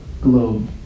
globe